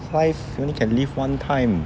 life you only can live one time